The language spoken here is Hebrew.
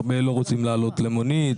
הרבה לא רוצים לעלות למונית,